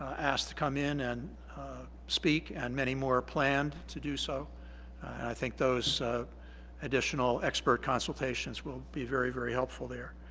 asked to come in and speak and many more planned to do so and i think those additional expert consultations will be very very helpful there.